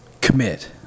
commit